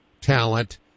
talent